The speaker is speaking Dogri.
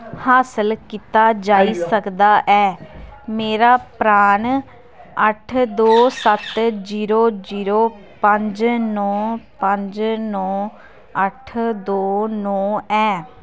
हासल कीता जाई सकदा ऐ मेरा परान अट्ठ दो सत्त जीरो जीरो पंज नौ पंज नौ अट्ठ दो नौ ऐ